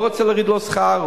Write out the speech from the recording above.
אני לא רוצה להוריד לו שכר,